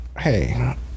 hey